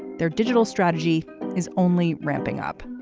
their digital strategy is only ramping up.